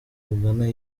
rugana